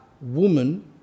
woman